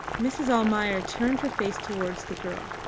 mrs. almayer turned her face towards the girl,